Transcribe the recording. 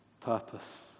purpose